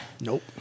Nope